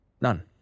None